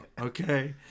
okay